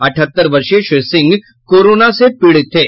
अठहत्तर वर्षीय श्री सिंह कोरोना से पीड़ित थे